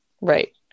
Right